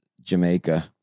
Jamaica